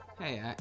hey